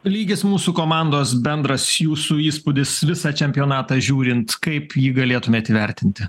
lygis mūsų komandos bendras jūsų įspūdis visą čempionatą žiūrint kaip jį galėtumėt įvertinti